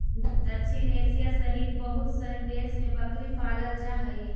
दक्षिण एशिया सहित बहुत सनी देश में बकरी पालल जा हइ